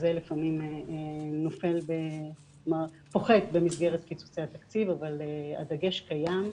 זה פוחת במסגרת קיצוצי התקציב, אבל הדגש קיים.